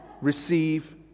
receive